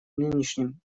нынешним